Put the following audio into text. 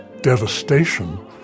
devastation